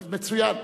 מצוין.